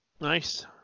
nice